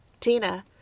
Tina